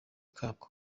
kabwo